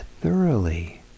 thoroughly